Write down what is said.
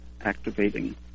activating